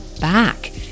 back